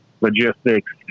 logistics